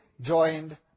joined